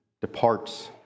departs